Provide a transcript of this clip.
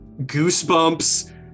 goosebumps